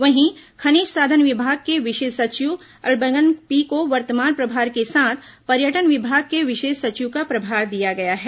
वहीं खनिज साधन विभाग के विशेष सचिव अन्बलगन पी को वर्तमान प्रभार के साथ पर्यटन विभाग के विशेष सचिव का प्रभार दिया गया है